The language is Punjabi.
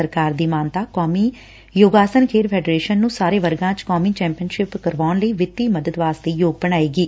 ਸਰਕਾਰ ਦੀ ਮਾਨਤਾ ਕੋਮੀ ਯੋਗਾਸਨ ਖੇਡ ਫੈਡਰੇਸ਼ਨ ਨੂੰ ਸਾਰੇ ਵਰਗਾਂ ਚ ਕੋਮੀ ਚੈਪੀਅਨਸ਼ਿਪ ਕਰਾਉਣ ਲਈ ਵਿੱਤੀ ਮਦਦ ਵਾਸਤੇ ਯੋਗ ਬਣਾਉਦੀ ਐ